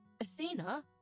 Athena